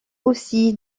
aussi